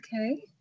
Okay